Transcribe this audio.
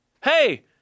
hey